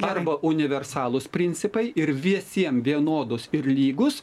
arba universalūs principai ir visiem vienodos ir lygūs